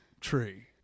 tree